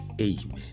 amen